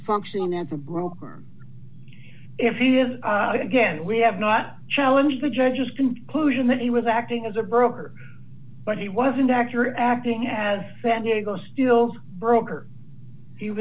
function as a broker if he does it again we have not challenge the judge's conclusion that he was acting as a broker but he wasn't actually acting as san diego still broker